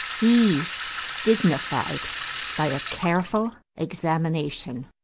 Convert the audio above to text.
he dignified by a careful examination.